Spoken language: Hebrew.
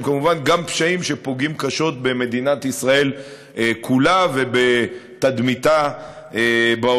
הם כמובן גם פשעים שפוגעים קשות במדינת ישראל כולה ובתדמיתה בעולם,